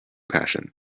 passion